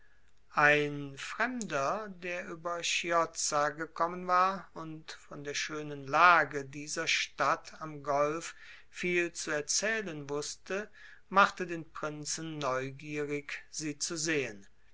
ein fremder der über chiozza gekommen war und von der schönen lage dieser stadt am golf viel zu erzählen wußte machte den prinzen neugierig sie zu sehen